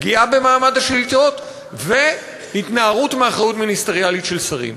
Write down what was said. פגיעה במעמד השאילתות והתנערות מאחריות מיניסטריאלית של שרים.